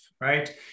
right